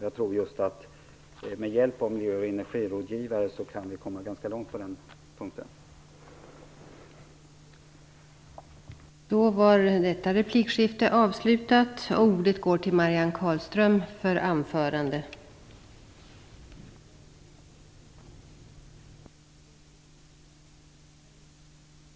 Jag tror att just med hjälp av miljö och energirådgivare kan vi komma ganska långt på den punkten.